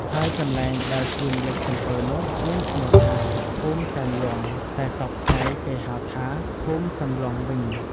ហើយកន្លែងដែលសៀមលិចសំពៅនោះមានឈ្មោះថា ភូមិសែនលង់ តែសព្វថ្ងៃគេហៅថា ភូមិសន្លង់វិញ។